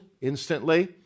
instantly